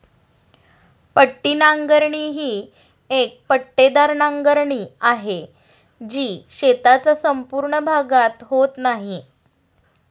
पट्टी नांगरणी ही एक पट्टेदार नांगरणी आहे, जी शेताचा संपूर्ण भागात होत नाही